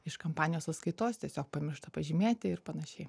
iš kampanijos sąskaitos tiesiog pamiršta pažymėti ir panašiai